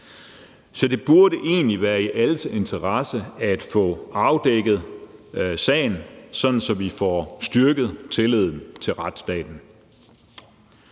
Så det burde egentlig være i alles interesse at få afdækket sagen, sådan at vi får styrket tilliden til retsstaten.